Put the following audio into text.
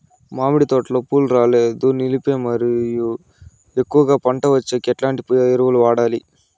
మామిడి తోటలో పూలు రాలేదు నిలిపేకి మరియు ఎక్కువగా పంట వచ్చేకి ఎట్లాంటి ఎరువులు వాడాలి?